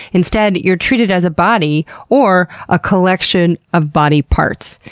instead, you're treated as a body or a collection of body parts.